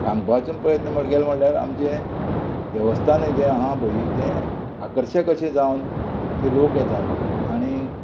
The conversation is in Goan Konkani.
सांगपाचो प्रयत्न म्हणल्यार आमचे देवस्थानय जें आहा पय तें आकर्शक अशें जावन ते लोक येतात आणीक